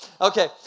Okay